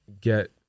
get